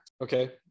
Okay